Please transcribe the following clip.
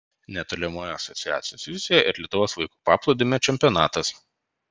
netolimoje asociacijos vizijoje ir lietuvos vaikų paplūdimio čempionatas